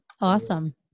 Awesome